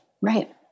Right